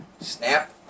Snap